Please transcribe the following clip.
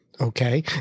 okay